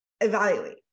evaluate